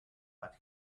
but